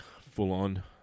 full-on